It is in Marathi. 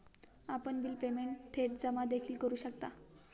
आपण बिल पेमेंट थेट जमा देखील करू शकता